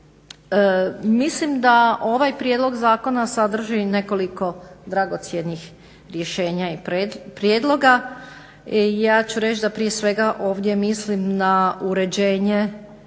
Mislim da ovaj prijedlog zakona sadrži i nekoliko dragocjenih rješenja i prijedloga. Ja ću reći da prije svega ovdje mislim na uređenje